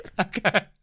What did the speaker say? okay